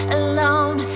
alone